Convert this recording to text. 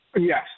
Yes